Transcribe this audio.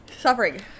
suffering